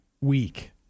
week